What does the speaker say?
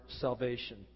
salvation